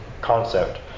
concept